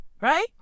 Right